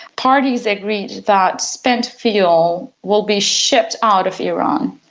parties agreed that spent fuel will be shipped out of iran,